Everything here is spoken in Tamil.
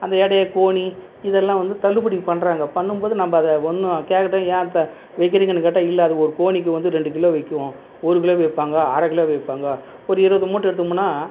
அந்த எடையை கோணி இதெல்லாம் வந்து தள்ளுபடி பண்ணுறாங்க பண்ணும் போது நம்ம அதை ஒன்றும் கேட்டால் ஏன் இப்போ வைக்கிறிங்கன்னு கேட்டால் இல்லை அது ஒரு கோணிக்கு வந்து ரெண்டு கிலோ வைக்கிவோம் ஒரு கிலோவுக்கு வைப்பாங்க அரை கிலோவுக்கு வைப்பாங்க ஒரு இருபது மூட்டை எடுத்தமுன்னால்